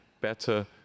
better